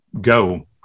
go